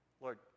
Lord